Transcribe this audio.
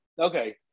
okay